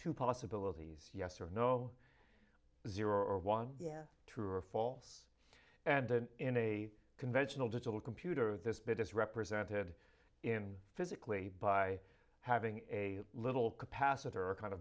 two possibilities yes or no zero or one yeah true or false and then in a conventional digital computer this bit is represented in physically by having a little capacitor a kind